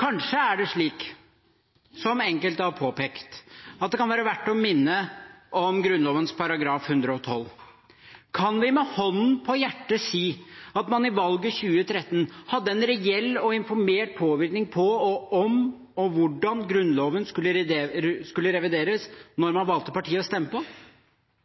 Kanskje er det slik, som enkelte har påpekt, at det kan være verdt å minne om Grunnloven § 112. Kan vi med hånden på hjertet si at man i valget 2013 hadde en reell og informert påvirkning på om og hvordan Grunnloven skulle revideres da man valgte hvilket parti man skulle stemme på?